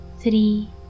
three